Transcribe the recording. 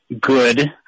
good